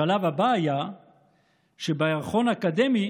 השלב הבא היה שבירחון אקדמי